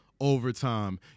overtime